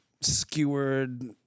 skewered